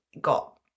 got